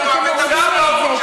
הוא מאבד את המשרה שלו.